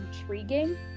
intriguing